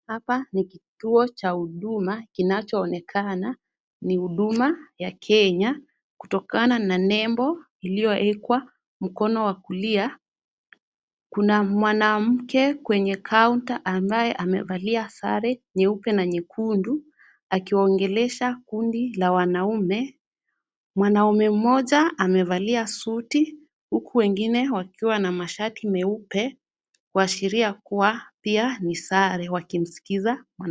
Hapa ni kituo cha huduma kinachoonekana ni huduma ya Kenya kutokana na nembo iliyowekwa mkono wa kulia. Kuna mwanamke kwenye kaunta ambaye amevalia sare nyeupe na nyekundu akiwaongelesha kundi la wanaume. Mwanaume mmoja amevalia suti huku wengine wakiwa na mashati meupe kuashiria kuwa pia ni sare wakimsikiza.